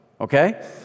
okay